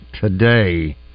today